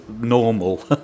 normal